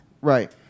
Right